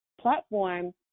platform